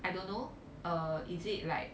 I don't know uh is it like